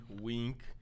Wink